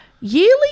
yearly